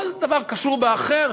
כל דבר קשור באחר.